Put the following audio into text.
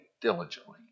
diligently